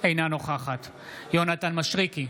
אינה נוכחת יונתן מישרקי,